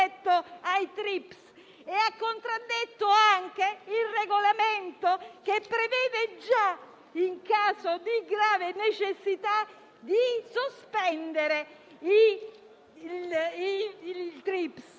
ha contraddetto anche il regolamento che prevede già, in caso di grave necessità, di sospendere i TRIPs.